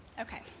Okay